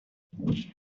then